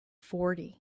forty